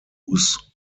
whose